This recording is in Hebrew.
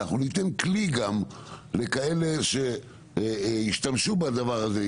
אנחנו גם ניתן כלי לכאלה שישתמשו בדבר הזה,